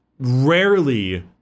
rarely